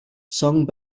sung